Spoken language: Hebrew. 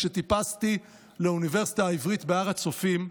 כשטיפסתי לאוניברסיטה העברית בהר הצופים,